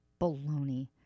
baloney